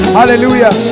Hallelujah